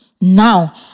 Now